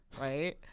Right